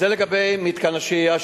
אז זה לגבי מתקן השהייה,